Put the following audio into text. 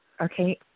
Okay